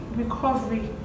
recovery